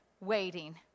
waiting